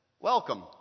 Welcome